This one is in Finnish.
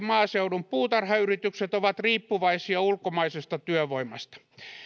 maaseudun puutarhayritykset ovat riippuvaisia ulkomaisesta työvoimasta